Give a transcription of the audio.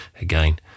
Again